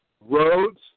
roads